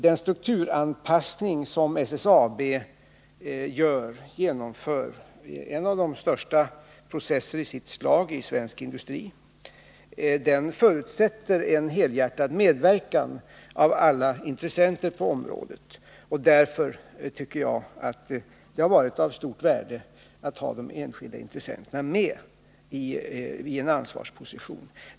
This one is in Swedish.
Den strukturanpassning som SSAB genomför — en av de största processerna i sitt slag inom svensk industri — förutsätter en helhjärtad medverkan av alla intressenter på området. Därför tycker jag att det varit av stort värde att ha de enskilda intressenterna med i en ansvarsposition.